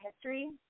history